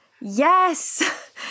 Yes